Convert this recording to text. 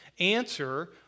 answer